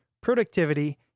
Productivity